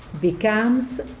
becomes